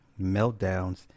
meltdowns